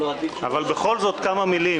בכל זאת כמה מילים.